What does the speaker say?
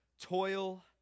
Toil